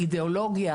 האידאולוגיה,